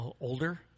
older